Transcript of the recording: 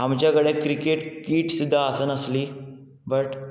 आमच्या कडेन cricket kit सुद्दा आसनासली बट